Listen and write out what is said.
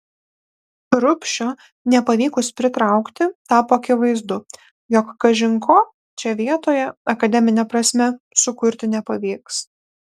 rubšio nepavykus pritraukti tapo akivaizdu jog kažin ko čia vietoje akademine prasme sukurti nepavyks